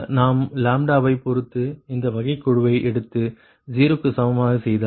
நாம் வைப் பொறுத்து அந்த வகைக்கெழுவை எடுத்து 0 க்கு சமமாக செய்தால்